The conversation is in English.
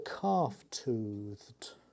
calf-toothed